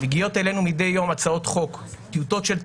מגיעות אלינו מדי יום הצעות חוק, טיוטות של תקנות,